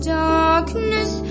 darkness